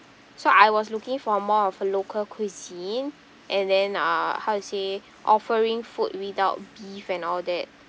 so I was looking for more of a local cuisine and then uh how to say offering food without beef and all that